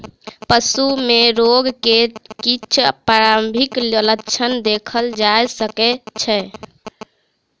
पशु में रोग के किछ प्रारंभिक लक्षण देखल जा सकै छै